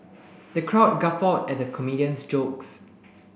the crowd guffawed at the comedian's jokes